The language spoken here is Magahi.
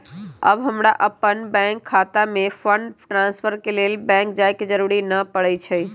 अब हमरा अप्पन बैंक खता में फंड ट्रांसफर के लेल बैंक जाय के जरूरी नऽ परै छइ